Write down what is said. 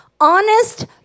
honest